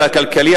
הכלכלי,